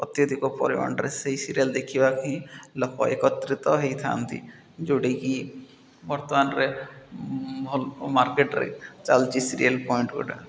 ଅତ୍ୟଧିକ ପରିମାଣରେ ସେଇ ସିରିଏଲ୍ ଦେଖିବା ହିଁ ଲୋକ ଏକତ୍ରିତ ହେଇଥାନ୍ତି ଯେଉଁଟାକି ବର୍ତ୍ତମାନରେ ଭଲ ମାର୍କେଟ୍ରେ ଚାଲିଛି ସିରିଏଲ୍ ପଏଣ୍ଟ ଗୁଡ଼ା